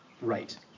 right